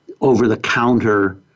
over-the-counter